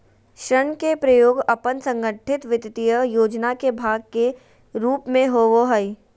ऋण के प्रयोग अपन संगठित वित्तीय योजना के भाग के रूप में होबो हइ